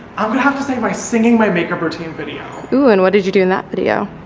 i would have to say my singing my makeup routine video ooh, and what did you do in that video?